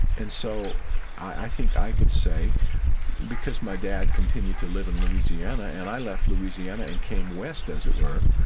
and so i think i could say because my dad continued to live in louisiana and i left louisiana and came west, as it were,